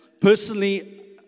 personally